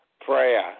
prayer